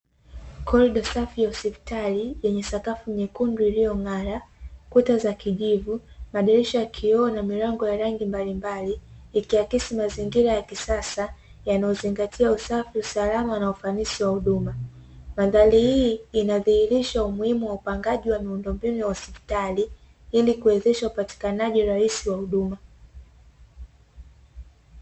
Korido safi ya hospitali yenye sakafu nyekundu iliyong'ara, kuta za kijivu, madirisha ya kioo na milango ya rangi mbalimbali; ikiakisi mazingira ya kisasa yanayozingatia usafi, usalama na ufanisi wa huduma. Mandhari hii inadhihirisha umuhimu wa upangaji wa miundombinu ya hospitali ili kuwezesha upatikanaji rahisi wa huduma.